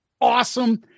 awesome